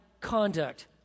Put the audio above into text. conduct